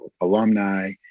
alumni